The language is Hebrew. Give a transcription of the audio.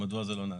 מדוע זה לא נעשה?